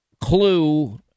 Clue